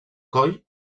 coll